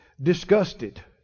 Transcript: disgusted